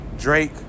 Drake